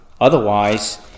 Otherwise